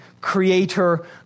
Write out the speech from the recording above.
creator